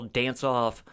dance-off